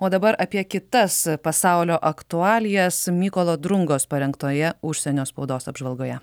o dabar apie kitas pasaulio aktualijas mykolo drungos parengtoje užsienio spaudos apžvalgoje